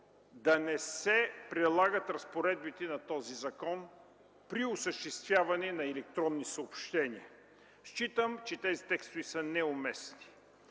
да не се прилагат разпоредбите на този закон при осъществяване на електронни съобщения. Считам, че тези текстове са неуместни,